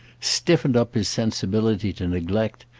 stiffened up his sensibility to neglect,